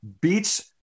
beats